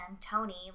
Tony